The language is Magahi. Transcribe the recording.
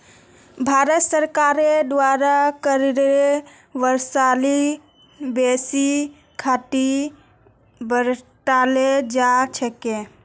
भारत सरकारेर द्वारा करेर वसूलीत बेसी सख्ती बरताल जा छेक